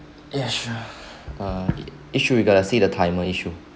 yeah sure Yi-Shu you gotta see the timer Yi-Shu